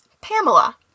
Pamela